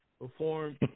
Performed